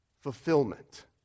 fulfillment